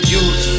use